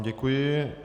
Děkuji.